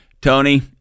tony